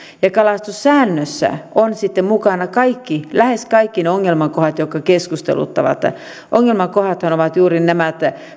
ja kalastussäännössä ovat sitten mukana lähes kaikki ne ongelmakohdat jotka keskusteluttavat ongelmakohdathan ovat juuri nämä